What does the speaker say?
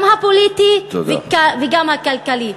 גם הפוליטי וגם הכלכלי.